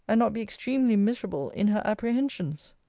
and not be extremely miserable in her apprehensions!